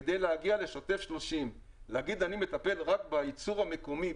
כדי להגיע לשוטף 30. להגיד: אני מטפל רק בייצור המקומי,